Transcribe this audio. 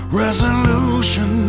resolution